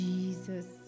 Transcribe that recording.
Jesus